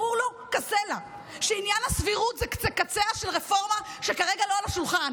ברור לו כסלע שעניין הסבירות זה קציה של רפורמה שכרגע לא על השולחן,